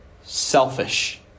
selfish